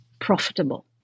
profitable